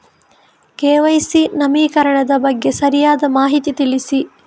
KYC ನವೀಕರಣದ ಬಗ್ಗೆ ಸರಿಯಾದ ಮಾಹಿತಿ ತಿಳಿಸಿ?